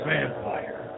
Vampire